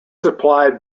supplied